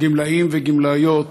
גמלאים וגמלאיות